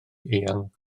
eang